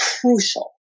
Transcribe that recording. crucial